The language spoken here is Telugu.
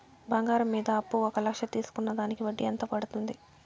బంగారం మీద అప్పు ఒక లక్ష తీసుకున్న దానికి వడ్డీ ఎంత పడ్తుంది?